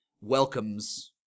welcomes